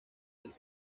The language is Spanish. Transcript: del